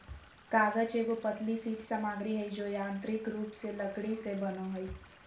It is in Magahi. कागज एगो पतली शीट सामग्री हइ जो यांत्रिक रूप से लकड़ी से बनो हइ